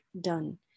done